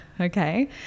okay